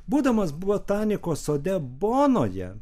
būdamas botanikos sode bonoje